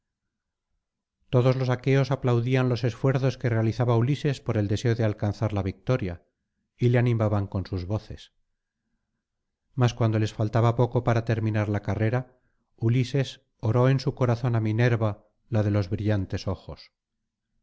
todos los aqueos aplaudían los esfuerzos que realizaba ulises por el deseo de alcanzar la victoria y le animaban con sus voces mas cuando les faltaba poco para terminar la carrera ulises oró en su corazón á minerva la de los brillantes ojos